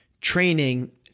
training